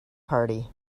party